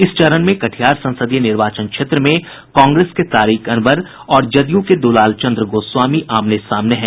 इस चरण में कटिहार संसदीय निर्वाचन क्षेत्र में कांग्रेस के तारिक अनवर और जदयू के दुलाल चंद्र गोस्वामी आमने सामने हैं